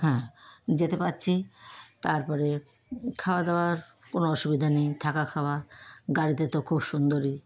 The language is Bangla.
হ্যাঁ যেতে পারছি তারপরে খাওয়াদাওয়ার কোনও অসুবিধা নেই থাকা খাওয়া গাড়িতে তো খুব সুন্দরই